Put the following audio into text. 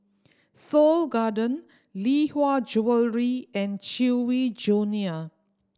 Seoul Garden Lee Hwa Jewellery and Chewy Junior